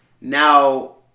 now